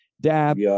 dab